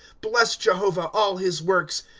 bless jehovah, all his works.